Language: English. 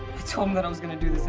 um that i was gonna do this